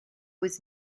was